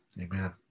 Amen